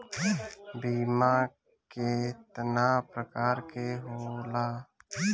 बीमा केतना प्रकार के होला?